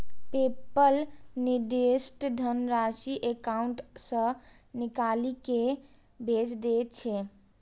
PayPal निर्दिष्ट धनराशि account सं निकालि कें भेज दै छै